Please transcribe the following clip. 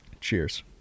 Cheers